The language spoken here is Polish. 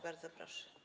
Bardzo proszę.